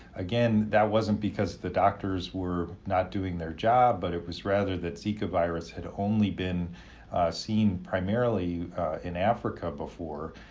again, that wasn't because the doctors were not doing their job but it was rather that zika virus had only been seen primarily in africa before.